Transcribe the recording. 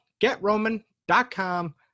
GetRoman.com